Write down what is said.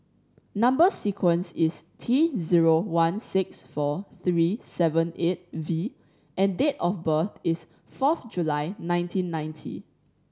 number sequence is T zero one six four three seven eight V and date of birth is forth July nineteen ninety